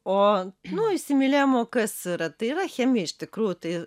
o nuo įsimylėjimo kas yra tai yra chemija iš tikrųjų tai